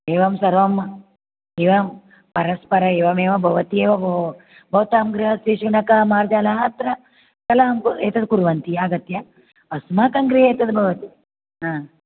एवं सर्वम् एवं परस्पर एवमेव भवति भोः भवतां गृहस्य शुनकः मार्जालः अत्र कलहम् एतत् कुर्वन्ति आगत्य अस्माकं गृहे एतत् भवति आ